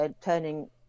turning